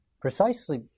Precisely